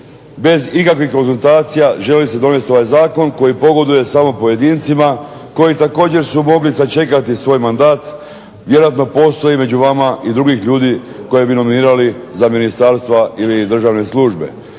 bez ikakvih konzultacija želi se donesti ovaj zakon koji pogoduje samo pojedincima koji također su mogli sačekati svoj mandat, vjerojatno postoji među vama i drugih ljudi koje bi nominirali za ministarstva ili državne službe.